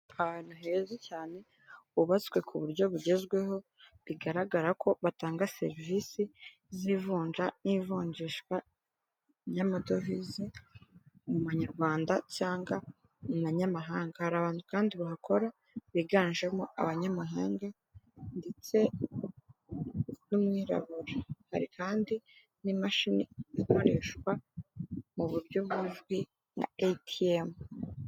Ahantu heza cyane hubatswe ku buryo bugezweho bigaragara ko batanga serivisi z'ivunja n'ivunjishwa ry'amadovize mu banyarwanda cyangwa abanyamahanga; hari abantu kandi bahakora biganjemo abanyamahanga ndetse n'umwirabura; hari kandi n'imashini ikoreshwa mu buryo buzwi nka etiyemu.